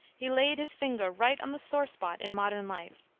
he laid his finger right on the sore spot in modern life.